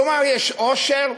כלומר, יש עושר,